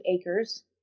acres